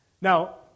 Now